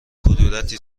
کدورتی